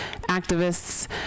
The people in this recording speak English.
activists